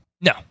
No